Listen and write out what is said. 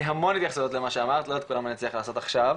המון התייחסויות למה שאמרת לא את כולם אני אצליח לעשות עכשיו,